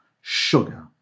sugar